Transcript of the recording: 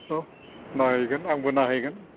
अह नायहैगोन आंबो नायहैगोन